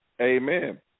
amen